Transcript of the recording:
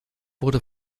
wurde